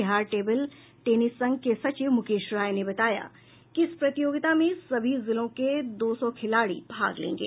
Bihar table tennis संघ के सचिव मुकेश राय ने बताया कि इस प्रतियोगिता में सभी जिलों के दो सौ खिलाड़ी भाग लेंगे